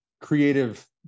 creative